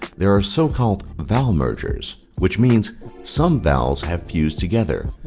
there are so-called vowel mergers, which means some vowels have fused together.